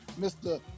Mr